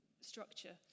structure